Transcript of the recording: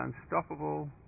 unstoppable